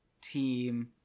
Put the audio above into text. team